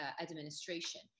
administration